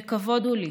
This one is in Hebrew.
וכבוד הוא לי